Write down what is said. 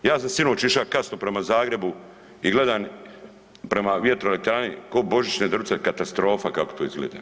Ja sam sinoć iša kasno prema Zagrebu i gledan prema vjetroelektrani ko božićne drvce, katastrofa kako to izgleda.